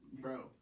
Bro